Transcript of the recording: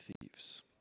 thieves